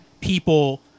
people